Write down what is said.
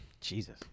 Jesus